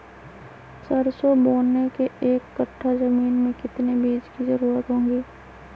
सरसो बोने के एक कट्ठा जमीन में कितने बीज की जरूरत होंगी?